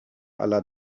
aller